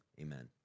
amen